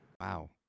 Wow